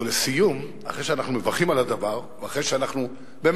ולסיום, אחרי שאנחנו מברכים על הדבר, ואחרי שבאמת,